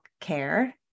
Care